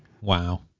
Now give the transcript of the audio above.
wow